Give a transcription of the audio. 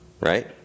Right